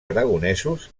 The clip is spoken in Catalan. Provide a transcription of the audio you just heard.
aragonesos